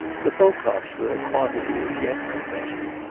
the pococks were a quantity as yet unmeasured,